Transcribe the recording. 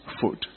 food